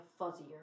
fuzzier